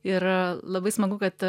ir labai smagu kad